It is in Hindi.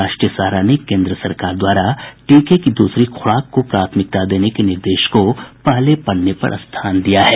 राष्ट्रीय सहारा ने केन्द्र सरकार द्वारा टीके की दूसरी खुराक को प्राथमिकता देने के निर्देश को पहले पन्ने पर स्थान दिया है